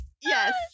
Yes